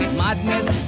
madness